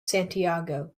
santiago